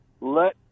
let